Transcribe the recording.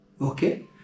Okay